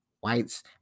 whites